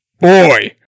Boy